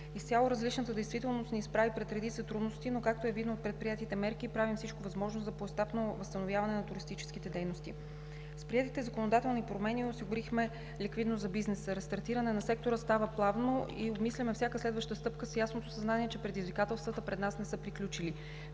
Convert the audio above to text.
Изцяло различната действителност ни изправи пред редица трудности, но, както е видно от предприетите мерки, правим всичко възможно за поетапно възстановяване на туристическите дейности. С приетите законодателни промени осигурихме ликвидност за бизнеса. Рестартирането на сектора става плавно и обмисляме всяка следваща стъпка с ясното съзнание, че предизвикателствата пред нас не са приключили.